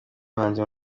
muhanzi